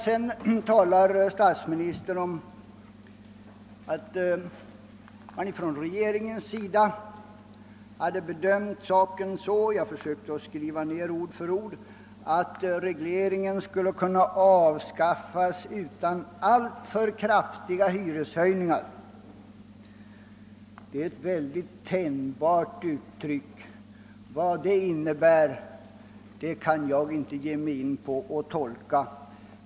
Sedan talade statsministern om att regeringen bedömt saken så — jag försökte skriva ned ord för ord — att regleringen skulle kunna avskaffas utan alltför stora hyreshöjningar. Det är ett väldigt tänjbart uttryck; vad det innebär vill jag inte försöka tolka.